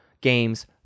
games